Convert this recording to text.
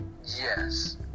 Yes